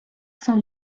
sont